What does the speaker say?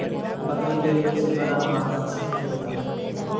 बकरी के दूध से बना माखन सफेद होता है